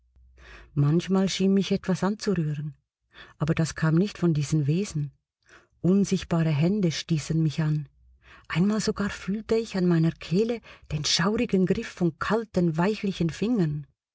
manchmal schien mich etwas anzurühren aber das kam nicht von diesen wesen unsichtbare hände stießen mich an einmal sogar fühlte ich an meiner kehle den schaurigen griff von kalten weichlichen fingern